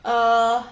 oh